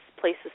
places